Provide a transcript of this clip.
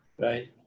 Right